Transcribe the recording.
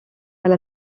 elle